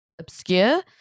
obscure